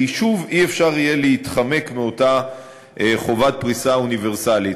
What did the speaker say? ביישוב לא תהיה אפשרות להתחמק מאותה חובת פריסה אוניברסלית.